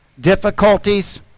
difficulties